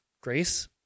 grace